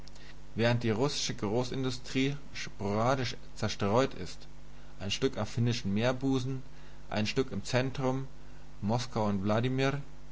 während die russische großindustrie sporadisch zerstreut ist ein stück am finnischen meerbusen ein stück im zentrum moskau und